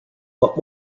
what